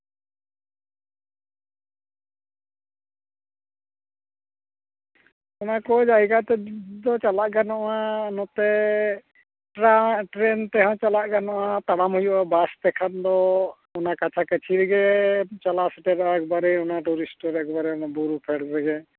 ᱚᱱᱟ ᱠᱚ ᱡᱟᱭᱜᱟ ᱛᱚ ᱡᱩᱛ ᱫᱚ ᱪᱟᱞᱟᱜ ᱜᱟᱱᱚᱜᱼᱟ ᱱᱚᱛᱮ ᱴᱨᱟ ᱪᱨᱮᱹᱱ ᱛᱮᱦᱚᱸ ᱪᱟᱞᱟᱜ ᱜᱟᱱᱚᱜᱼᱟ ᱟᱨ ᱛᱟᱲᱟᱢ ᱦᱩᱭᱩᱜᱼᱟ ᱵᱟᱥ ᱛᱮᱠᱷᱟᱱ ᱫᱚ ᱚᱱᱟ ᱠᱟᱪᱷᱟ ᱠᱟᱹᱪᱷᱤ ᱨᱮᱜᱮᱢ ᱪᱟᱞᱟᱣ ᱥᱮᱴᱮᱨᱚᱜᱼᱟ ᱮᱠᱵᱟᱨᱮ ᱚᱱᱟ ᱴᱩᱨᱤᱥᱴᱚᱨ ᱮᱠᱵᱟᱨᱮ ᱚᱱᱟ ᱵᱩᱨᱩ ᱯᱷᱮᱰ ᱨᱮᱜᱮ